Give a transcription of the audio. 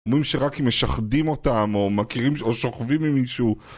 אומרים שרק אם משחדים אותם, או מכירים... או שוכבים עם מישהו